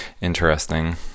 interesting